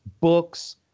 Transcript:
books